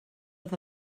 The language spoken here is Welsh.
oedd